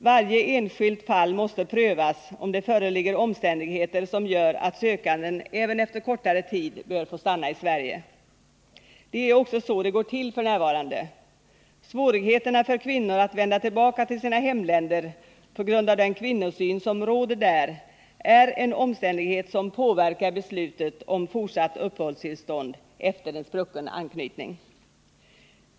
Varje enskilt fall måste prövas om det föreligger omständigheter som gör att sökanden även efter kortare tid bör få stanna i synpunkter, och jag anser att tvåå Sverige. Det är också så det går till f. n. Svårigheterna för kvinnor att vända tillbaka till sina hemländer på grund av den kvinnosyn som råder där är en omständighet som påverkar beslutet om fortsatt uppehållstillstånd efter sprucken anknytning.